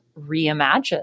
reimagine